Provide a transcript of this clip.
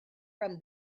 from